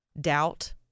doubt